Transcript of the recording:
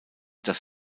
das